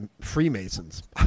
freemasons